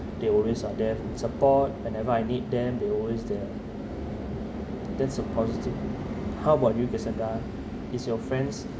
they always are there to support whenever I need them they always there that's a positive how about you isabel is your friends